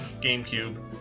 GameCube